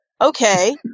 okay